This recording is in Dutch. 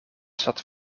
stad